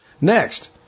Next